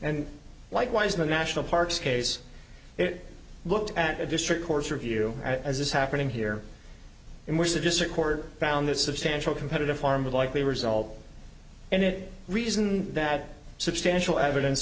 and likewise the national parks case it looked at a district court review as is happening here in which the district court found that substantial competitive harm would likely result and it reason that substantial evidence